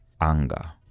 anger